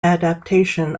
adaptation